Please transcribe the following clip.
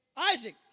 Isaac